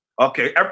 okay